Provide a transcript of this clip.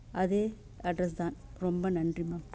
அதே அட்ரஸ் தான் ரொம்ப நன்றி மேம்